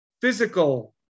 physical